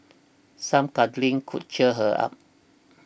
some cuddling could cheer her up